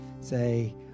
say